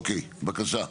אוקיי, בבקשה.